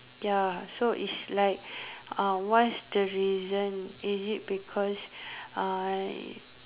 ya so is like what's the reason is it because I